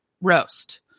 roast